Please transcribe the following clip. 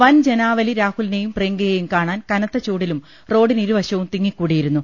വൻ ജനാവലി രാഹുലിനെയും പ്രിയങ്കയെയും കാണാൻ കനത്ത ചൂടിലും റോഡിനിരുവശവും തിങ്ങിക്കൂടിയി രുന്നു